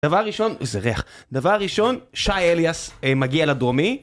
אני רוצה חברה בקרוב